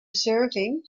surfing